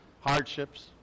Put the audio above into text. hardships